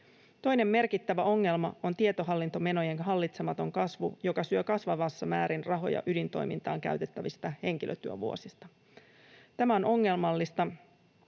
Toinen merkittävä ongelma on tietohallintomenojen hallitsematon kasvu, joka syö kasvavassa määrin rahoja ydintoimintaan käytettävistä henkilötyövuosista. Tämä on ongelmallista,